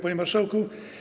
Panie Marszałku!